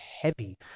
heavy